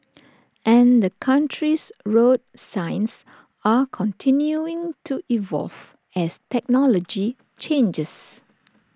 and the country's road signs are continuing to evolve as technology changes